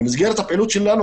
במסגרת הפעילות שלנו,